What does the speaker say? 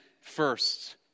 first